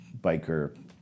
biker